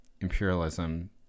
imperialism